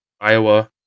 Iowa